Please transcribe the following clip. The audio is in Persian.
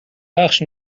بخش